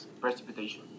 precipitation